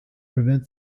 prevent